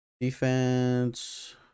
Defense